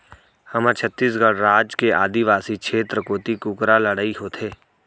हमर छत्तीसगढ़ राज के आदिवासी छेत्र कोती कुकरा लड़ई होथे